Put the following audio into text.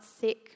sick